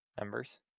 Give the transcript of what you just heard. members